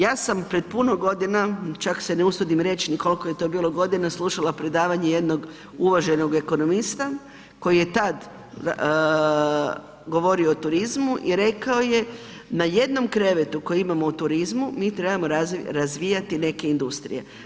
Ja sam pred puno godina, čak se ne usudim reći ni koliko je to bilo godina, slušala predavanje jednog uvaženog ekonomista koji je tad govorio o turizmu i rekao je na jednom krevetu koje imamo u turizmu mi trebamo razvijati neke industrije.